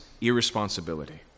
irresponsibility